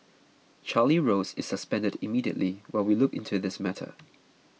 Charlie Rose is suspended immediately while we look into this matter